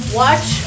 watch